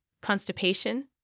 constipation